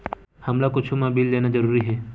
हमला कुछु मा बिल लेना जरूरी हे?